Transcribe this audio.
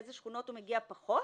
זה הגיע לאיזשהו מקום ולא נזרק.